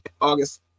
August